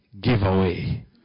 giveaway